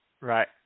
Right